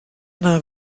yna